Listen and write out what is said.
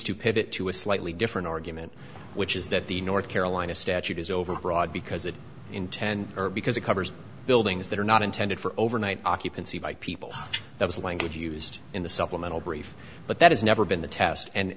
pivot to a slightly different argument which is that the north carolina statute is overbroad because it in ten or because it covers buildings that are not intended for overnight occupancy by people that is the language used in the supplemental brief but that has never been the test and